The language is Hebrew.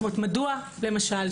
מדוע למשל,